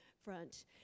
front